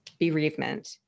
bereavement